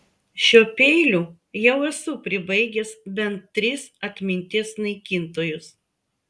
šiuo peiliu jau esu pribaigęs bent tris atminties naikintojus